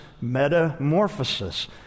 metamorphosis